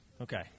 Okay